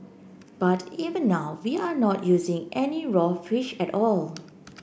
but even now we are not using any raw fish at all